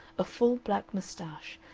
a full black mustache,